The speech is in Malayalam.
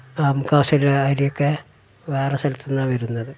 നമുക്കാവശ്യമുള്ള അരിയൊക്കെ വേറെ സ്ഥലത്തുനിന്നാണു വരുന്നത്